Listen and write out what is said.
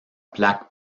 plaque